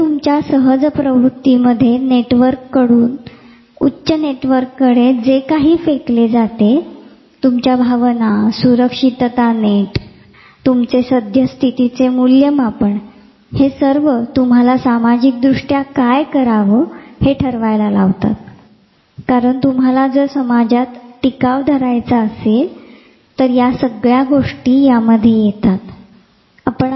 तर तुमच्या सहजप्रवृत्तीमय नेटवर्ककडून तुमच्या उच्च नेटवर्ककडे जे काही फेकले जाते तुमच्या भावना तुमची सुरक्षितता जाळे तुमचे सध्यस्थितीचे मूल्यमापन हे सर्व तुम्हाला सामाजिक दृष्ट्या काय करावे हे ठरवायला लावते कारण तुम्हाला समाजात टिकायचे असते तर या सगळ्या गोष्टी यामध्ये येतात